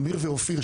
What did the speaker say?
אמיר ואופיר,